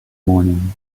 morning